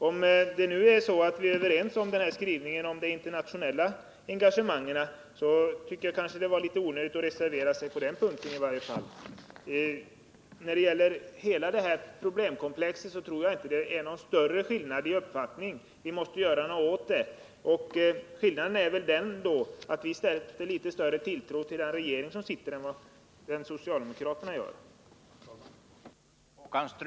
Om vi nu är överens om skrivningen när det gäller det internationella engagemanget tycker jag nog att det var litet onödigt att reservera sig på den punkten. Ser man på problemkomplexet i dess helhet tror jag inte att det råder någon större skillnad i uppfattningarna. Vi måste alltså göra något här. Den enda skillnaden skulle väl i så fall vara att vi inom utskottsmajoriteten har litet större tilltro till den sittande regeringen än vad socialdemokraterna har.